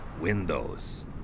Windows